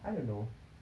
I don't know